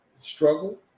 struggle